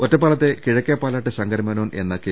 ഒറ്റപ്പാലത്തെ കിഴക്കെപാലാട്ട് ശങ്കരമേനോൻ എന്ന കെ